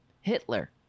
Hitler